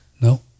No